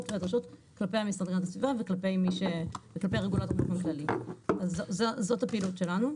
כלפי המשרד להגנת הסביבה וכלפי הרגולטור --- זאת הפעילות שלנו,